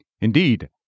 Indeed